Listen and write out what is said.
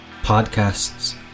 podcasts